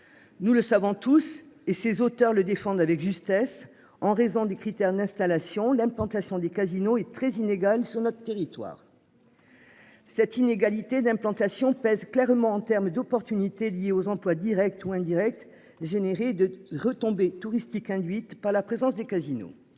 Nous le savons tous, et ses auteurs le défendent avec justesse en raison des critères, l'installation d'implantation des casinos est très inégal sur notre territoire. Cette inégalité d'implantation pèsent clairement en termes d'opportunités liées aux emplois Directs ou indirects générés de retombées touristiques induite par la présence des casinos.